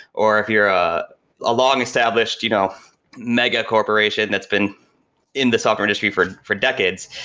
or if you're a ah long-established you know mega corporation that's been in the software industry for for decades,